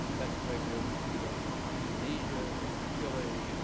that's the way we overthrew the government of indonesia, of chile,